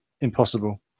impossible